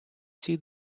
цій